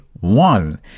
one